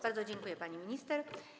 Bardzo dziękuję, pani minister.